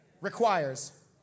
requires